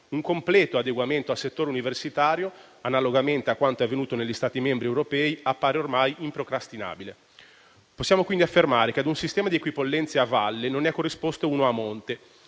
un completo adeguamento al settore universitario, analogamente a quanto avvenuto negli Stati membri europei, appare ormai improcrastinabile. Possiamo quindi affermare che, a un sistema di equipollenze "a valle" non è corrisposto uno "a monte",